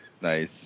Nice